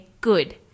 good